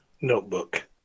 notebook